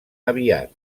aviat